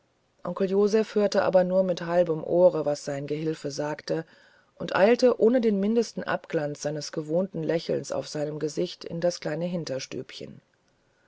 hörte aber nur mit halbem ohre was sein gehilfe sagte und eilte ohne den mindesten abglanz seines gewohnten lächelns auf seinem gesicht in das kleine